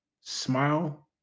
smile